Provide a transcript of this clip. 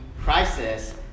crisis